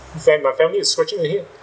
fam~ my family is scratching the head